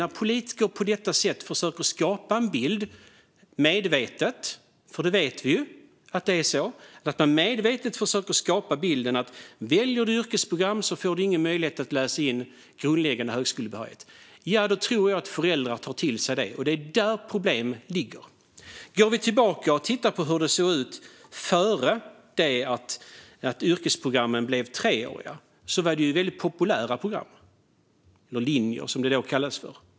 När politiker på detta sätt - medvetet, vet vi att det är - försöker skapa bilden att om man väljer yrkesprogram får man ingen möjlighet att läsa in grundläggande högskolebehörighet, ja, då tror jag att föräldrar tar till sig det. Det är där problemet ligger. Går vi tillbaka och tittar på hur det såg ut innan yrkesprogrammen blev treåriga ser vi att det var väldigt populära program - eller linjer, som de då kallades.